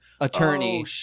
attorney